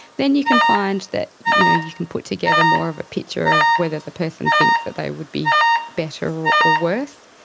then you can find that you know you can put together more of a picture of whether the person thinks that they would be better or or worse.